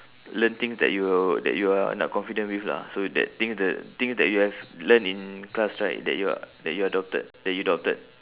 learn things that you that you are not confident with lah so that things the things that you have learnt in class right that you are that you are doubted that you doubted